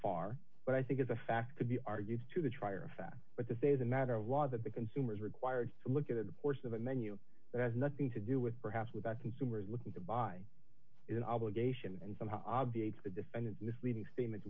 far but i think is a fact could be argued to the trier of fact but to say as a matter of law that the consumer is required to look at the course of a menu that has nothing to do with perhaps without consumers looking to buy is an obligation and somehow obviates the defendant's misleading statements